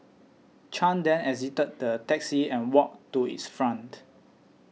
Chan then exited the taxi and walked to its front